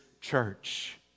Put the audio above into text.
church